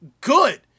good